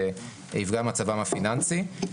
יפגע במצבם הפיננסי.